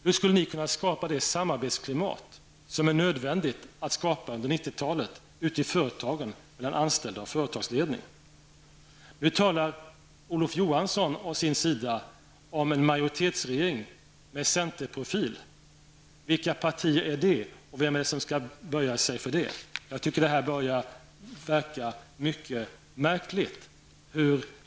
Hur skulle ni kunna skapa det samarbetsklimat som är nödvändigt att skapa under 90-talet ute i företagen mellan anställda och företagsledningar? Nu talar Olof Johansson om en majoritetsregering med centerprofil. Vilka partier gäller det, och vilka är det som skall böja sig för detta? Jag tycker att det hela börjar verka mycket märkligt.